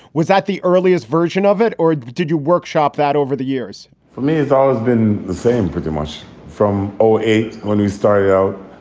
was that the earliest version of it? or did you workshop that over the years? for me, it's always been the same. pretty much from eight when we started out.